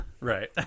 Right